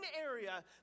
area